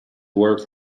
work